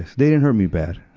they didn't hurt me bad.